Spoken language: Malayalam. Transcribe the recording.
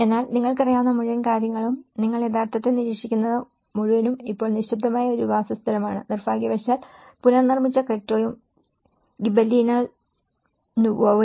എന്നാൽ നിങ്ങൾക്കറിയാവുന്ന മുഴുവൻ കാര്യങ്ങളും നിങ്ങൾ യഥാർത്ഥത്തിൽ നിരീക്ഷിക്കുന്നത് മുഴുവനും ഇപ്പോൾ നിശബ്ദമായ ഒരു സ്ഥലമാണ് നിർഭാഗ്യവശാൽ പുനർനിർമ്മിച്ച ക്രെറ്റോയും ഗിബെല്ലീന നുവോവയും